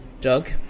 Doug